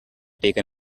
taken